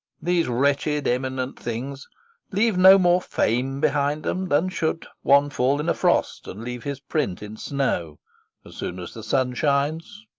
these wretched eminent things leave no more fame behind em, than should one fall in a frost, and leave his print in snow as soon as the sun shines,